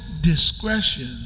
discretion